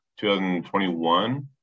2021